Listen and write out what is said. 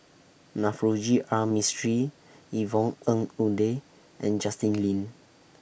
Navroji R Mistri Yvonne Ng Uhde and Justin Lean